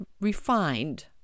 refined